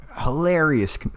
hilarious